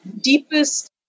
deepest